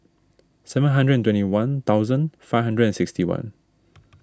seven hundred and twenty one thousand five hundred and sixty one